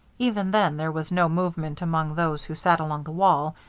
even then there was no movement among those who sat along the wall,